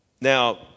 Now